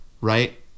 right